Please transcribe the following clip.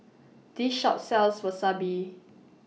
This Shop sells Wasabi